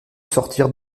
sortir